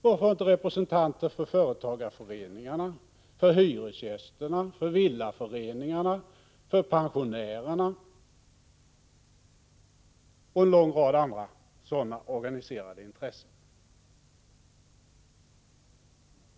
Varför inte representanter för företagareföreningarna, för hyresgästerna, för villaföreningarna, för pensionärerna och en lång rad andra sådana organiserade intressen?